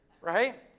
right